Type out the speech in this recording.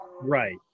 Right